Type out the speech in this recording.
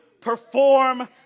perform